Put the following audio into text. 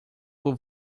por